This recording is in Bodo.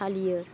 फालियो